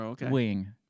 wing